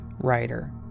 writer